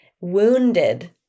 wounded